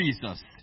Jesus